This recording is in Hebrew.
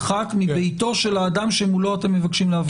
מביתו של האדם שמולו אתם רוצים להפגין?